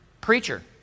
preacher